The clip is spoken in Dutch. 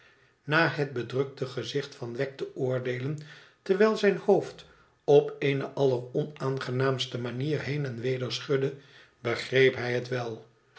naar het bedrukte gezicht van wegs te oordeelen terwijl zijn hoofd op eene alleronaangenaamste manier heen en weder schudde begreep hij het wel